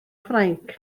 ffrainc